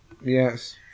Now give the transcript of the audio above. Yes